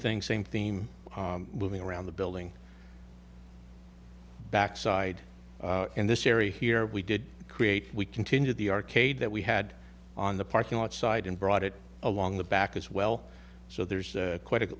thing same theme moving around the building back side and this area here we did create we continue the arcade that we had on the parking lot side and brought it along the back as well so there's quite a